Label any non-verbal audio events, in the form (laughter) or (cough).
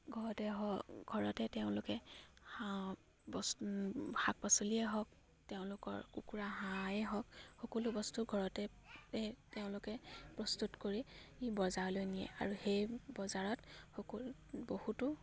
ঘৰতে ঘৰতে তেওঁলোকে (unintelligible) শাক পাচলিয়ে হওক তেওঁলোকৰ কুকুৰা হাঁহেই হওক সকলো বস্তু ঘৰতে তে তেওঁলোকে প্ৰস্তুত কৰি বজাৰলৈ নিয়ে আৰু সেই বজাৰত সকল বহুতো